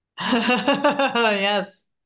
yes